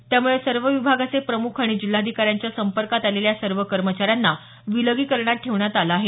त्यामुळे सर्व विभागाचे प्रमुख आणि जिल्हाधिकाऱ्यांच्या संपर्कात आलेल्या सर्व कर्मचाऱ्यांना विलगीकरणात ठेवण्यात आलं आहे